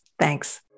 Thanks